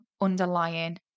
underlying